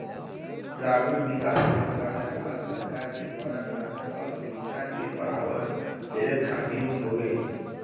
ग्रामीण विकास मंत्रालय भारत सरकार के द्वारा ग्रामीण आजीविका के बढ़ावा देवे खातिर हौ